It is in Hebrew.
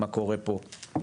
מה קורה פה,